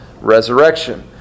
resurrection